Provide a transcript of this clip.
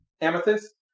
Amethyst